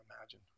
imagine